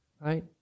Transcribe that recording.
right